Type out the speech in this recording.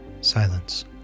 Silence